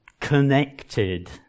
connected